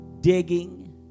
Digging